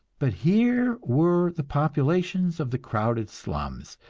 but here were the populations of the crowded slums,